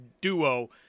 duo